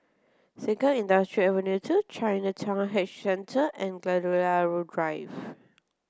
Sengkang Industrial Ave Two Chinatown Heritage Centre and Gladiola Drive